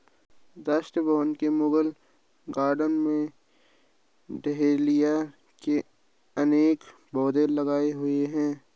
राष्ट्रपति भवन के मुगल गार्डन में डहेलिया के अनेक पौधे लगे हुए हैं